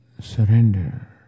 Surrender